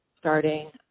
starting